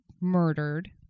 murdered